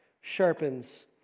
sharpens